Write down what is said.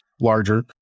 larger